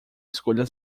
escolha